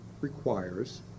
requires